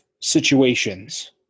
situations